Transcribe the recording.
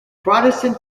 protestant